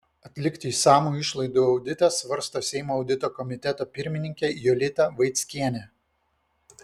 atlikti išsamų išlaidų auditą svarsto seimo audito komiteto pirmininkė jolita vaickienė